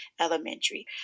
elementary